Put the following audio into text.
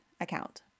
account